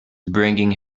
bringing